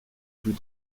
plus